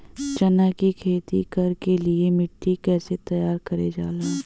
चना की खेती कर के लिए मिट्टी कैसे तैयार करें जाला?